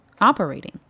operating